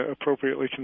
appropriately